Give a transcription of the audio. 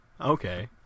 Okay